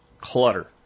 Clutter